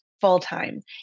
full-time